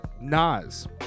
Nas